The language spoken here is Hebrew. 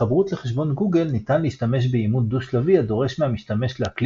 בהתחברות לחשבון גוגל ניתן להשתמש באימות דו שלבי הדורש מהמשתמש להקליד